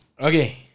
Okay